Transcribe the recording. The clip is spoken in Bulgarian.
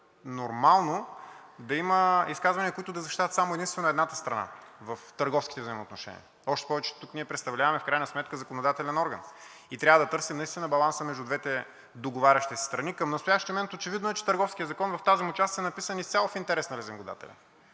нормално да има изказвания, които да защитават само и единствено едната страна в търговските взаимоотношения? Още повече, че тук ние представляваме в крайна сметка законодателен орган и трябва наистина да търсим баланса между двете договарящи се страни. Към настоящия момент е очевидно, че Търговският закон в тази му част е написан изцяло в интерес на лизингодателя.